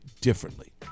differently